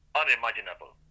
unimaginable